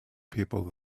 people